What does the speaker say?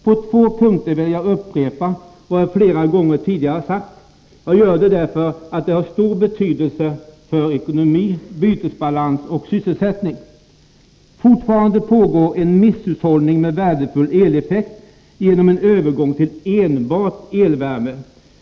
Jag vill upprepa vad jag flera gånger tidigare har sagt i fråga om två punkter. Jag gör det därför att de har stor betydelse för ekonomi, bytesbalans och sysselsättning. Fortfarande pågår en misshushållning med värdefull eleffekt genom en övergång till enbart elvärme.